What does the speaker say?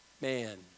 man